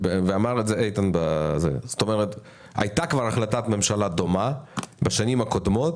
ואמר את זה איתן הייתה כבר החלטת ממשלה דומה בשנים הקודמות,